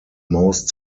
most